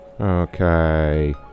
Okay